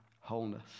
wholeness